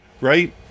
Right